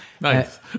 Nice